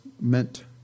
meant